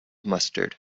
mustard